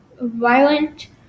violent